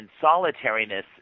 solitariness